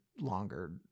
longer